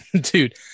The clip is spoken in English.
dude